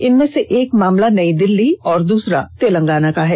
इनमें से एक मामला नई दिल्ली और दूसरा तेलंगाना का है